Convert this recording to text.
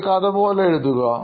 ഒരു കഥ പോലെ എഴുതുക